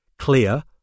clear